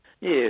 Yes